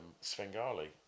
Svengali